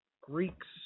Greeks